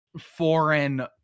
foreign